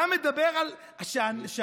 אתה מדבר על זה שאנחנו,